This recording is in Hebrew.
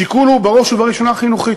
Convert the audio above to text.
השיקול הוא בראש ובראשונה חינוכי,